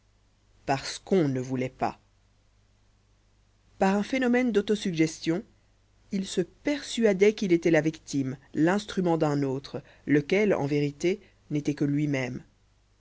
parce qu'on ne voulait pas par un phénomène dauto suggestion il se persuadait qu'il était la victime l'instrument d'un autre lequel en vérité n'était que lui-même